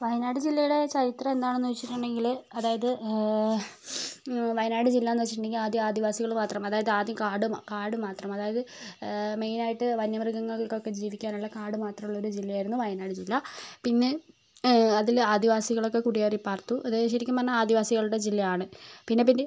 വയനാട് ജില്ലയുടെ ചരിത്രം എന്താണ് എന്ന് വെച്ചിട്ടുണ്ടെങ്കില് അതായത് വയനാട് ജില്ല എന്ന് വച്ചിട്ടുണ്ടെങ്കിൽ ആദ്യം ആദിവാസികള് മാത്രം അതായത് ആദ്യം കാട് കാട് മാത്രം അതായത് മെയിൻ ആയിട്ട് വന്യ മൃഗങ്ങൾക്കൊക്കെ ജീവിക്കാനുള്ള കാട് മാത്രമുള്ള ഒരു ജില്ലയായിരുന്നു വയനാട് ജില്ല പിന്നെ അതില് ആദിവാസികളൊക്കെ കുടിയേറി പാർത്തു അത് ശെരിക്കും പറഞ്ഞാൽ ആദിവാസികളുടെ ജില്ലയാണ് പിന്നെ പിന്നെ